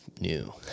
new